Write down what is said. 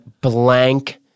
blank